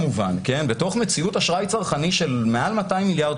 בתוך מציאות אשראי צרכני של מעל 200,000,000,000